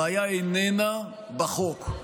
הבעיה איננה בחוק.